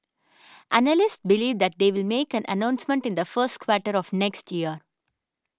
analysts believe that they will make an announcement in the first quarter of next year